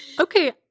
Okay